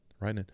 Right